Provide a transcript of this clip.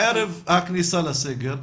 ערב הכניסה לסגר,